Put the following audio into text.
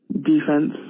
Defense